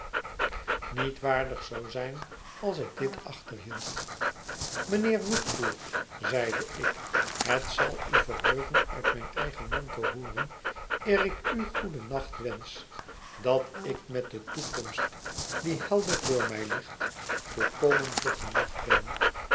niet waardig zou zijn als ik dit achterhield mijnheer woodcourt zeide ik het zal u verheugen uit mijn eigen mond te hooren eer ik u goedennacht wensch dat ik met de toekomst die helder voor mij ligt volkomen vergenoegd ben